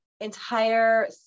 entire